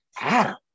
Adam